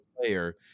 player